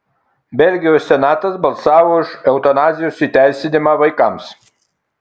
belgijos senatas balsavo už eutanazijos įteisinimą vaikams